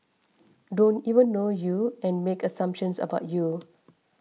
don't even know you and make assumptions about you